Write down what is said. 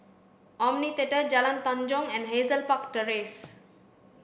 Omni Theatre Jalan Tanjong and Hazel Park Terrace